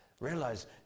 Realize